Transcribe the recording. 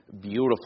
beautiful